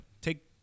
take